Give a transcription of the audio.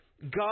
God